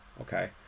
Okay